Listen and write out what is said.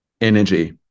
energy